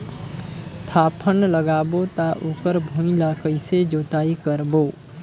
फाफण लगाबो ता ओकर भुईं ला कइसे जोताई करबो?